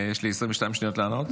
יש לי 22 שניות לענות?